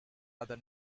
other